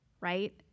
right